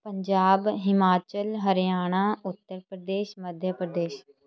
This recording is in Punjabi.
ਪੰਜਾਬ ਹਿਮਾਚਲ ਹਰਿਆਣਾ ਉੱਤਰ ਪ੍ਰਦੇਸ਼ ਮੱਧ ਪ੍ਰਦੇਸ਼